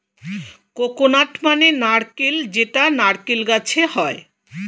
coconut মানে নারকেল যেটা নারকেল গাছে হয়